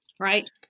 Right